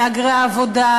מהגרי העבודה,